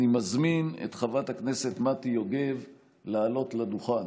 אני מזמין את חברת הכנסת מטי יוגב לעלות לדוכן.